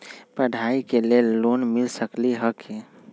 पढाई के लेल लोन मिल सकलई ह की?